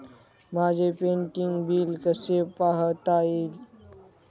माझे pending bill कसे पाहता येईल?